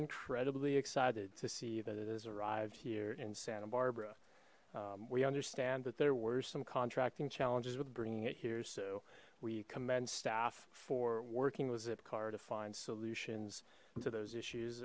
incredibly excited to see that it is arrived here in santa barbara we understand that there were some contracting challenges with bringing it here so we commend staff for working with zipcar to find solutions to those issues